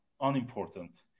unimportant